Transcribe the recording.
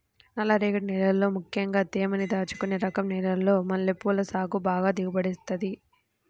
నల్లరేగడి నేలల్లో ముక్కెంగా తేమని దాచుకునే రకం నేలల్లో మల్లెపూల సాగు బాగా దిగుబడినిత్తది